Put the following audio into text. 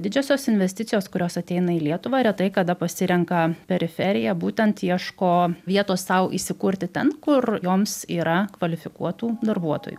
didžiosios investicijos kurios ateina į lietuvą retai kada pasirenka periferiją būtent ieško vietos sau įsikurti ten kur joms yra kvalifikuotų darbuotojų